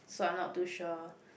so I'm not too sure